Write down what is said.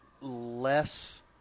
less